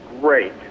great